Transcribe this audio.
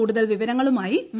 കൂടുതൽ വിവരങ്ങളുമായി വി